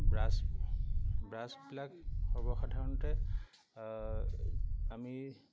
brush ব্ৰাছবিলাক সৰ্বসাধাৰণতে আমি